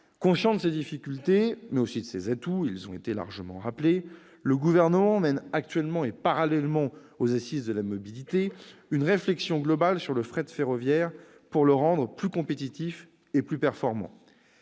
Conscient de ses difficultés, mais aussi de ses atouts- ils ont été largement rappelés -, le Gouvernement mène actuellement, et parallèlement aux assises de la mobilité, une réflexion globale sur le fret ferroviaire, afin de le rendre plus compétitif et plus performant.